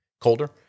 colder